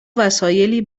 وسایلی